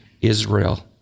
Israel